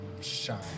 shine